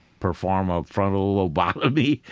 perform a frontal lobotomy,